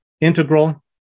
integral